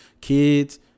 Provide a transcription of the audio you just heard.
Kids